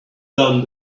done